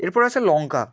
এরপর আসে লঙ্কা